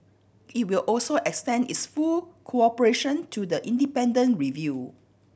it will also extend its full cooperation to the independent review